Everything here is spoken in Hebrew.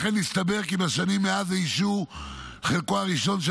אכן הסתבר כי בשנים מאז אישור חלקו הראשון של